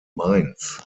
mainz